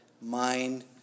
mind